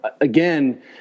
again